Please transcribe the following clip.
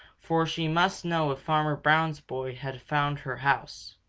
for she must know if farmer brown's boy had found her house.